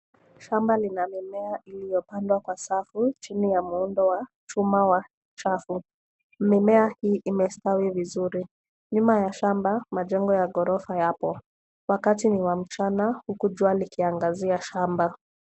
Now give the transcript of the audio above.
Shamba lina mimea iliyo pandwa kwa safu chini ya muundo wa chuma ya chafu. Mimea hii imestawi vizuri. Nyuma ya shamba majengo ya ghorofa yapo. Wakati ni wa mchana huku jua likiangazia shamba.